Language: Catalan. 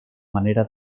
manera